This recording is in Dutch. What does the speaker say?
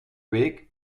week